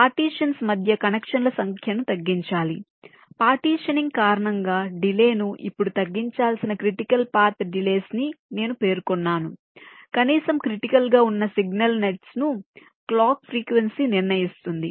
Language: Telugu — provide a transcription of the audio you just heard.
పార్టీషన్స్ మధ్య కనెక్షన్ల సంఖ్యను తగ్గించాలి పార్టీషనింగ్ కారణంగా డిలే ను ఇప్పుడు తగ్గించాల్సిన క్రిటికల్ పాత్ డిలేస్ ని నేను పేర్కొన్నాను కనీసం క్రిటికల్ గా ఉన్న సిగ్నల్ నెట్స్ ను క్లాక్ ఫ్రీక్వెన్సీ నిర్ణయిస్తుంది